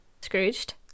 scrooged